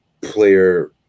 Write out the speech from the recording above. player